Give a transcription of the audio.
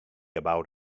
about